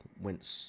went